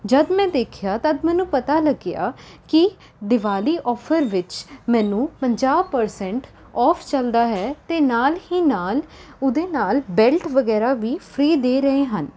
ਜਦ ਮੈਂ ਦੇਖਿਆ ਤਦ ਮੈਨੂੰ ਪਤਾ ਲੱਗਿਆ ਕਿ ਦੀਵਾਲੀ ਔਫਰ ਵਿੱਚ ਮੈਨੂੰ ਪੰਜਾਹ ਪਰਸੈਂਟ ਔਫ਼ ਚਲਦਾ ਹੈ ਅਤੇ ਨਾਲ ਹੀ ਨਾਲ ਉਹਦੇ ਨਾਲ ਬੈਲਟ ਵਗੈਰਾ ਵੀ ਫ੍ਰੀ ਦੇ ਰਹੇ ਹਨ